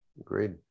Agreed